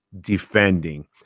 defending